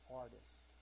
artist